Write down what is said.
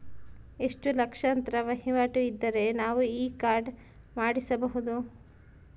ಎಷ್ಟು ಲಕ್ಷಾಂತರ ವಹಿವಾಟು ಇದ್ದರೆ ನಾವು ಈ ಕಾರ್ಡ್ ಮಾಡಿಸಬಹುದು?